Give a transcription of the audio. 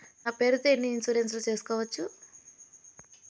నా పేరుతో ఎన్ని ఇన్సూరెన్సులు సేసుకోవచ్చు?